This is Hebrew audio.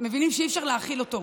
מבינים שאי-אפשר להכיל אותו,